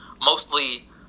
mostly